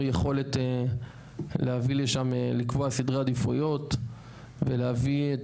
שיש לנו יכולת לקבוע סדרי עדיפויות והביא את